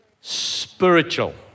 spiritual